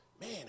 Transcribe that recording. man